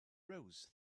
rows